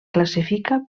classifica